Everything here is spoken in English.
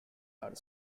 are